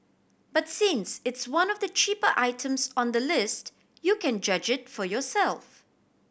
but since it's one of the cheaper items on the list you can judge it for yourself